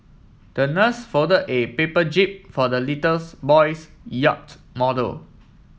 the nurse folded a paper jib for the little boy's yacht model